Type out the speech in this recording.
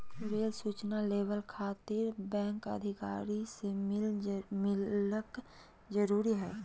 Rail सूचना labour खातिर bank अधिकारी से मिलक जरूरी है?